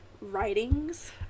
writings